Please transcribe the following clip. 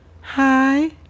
Hi